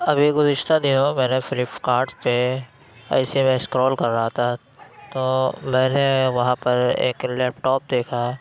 ابھی گذشتہ دِنوں میں میں نے فلپ کارٹ سے ایس ایم ایس کال کر رہا تھا تو میں نے وہاں پر ایک لیپ ٹاپ دیکھا